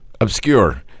obscure